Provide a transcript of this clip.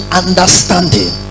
understanding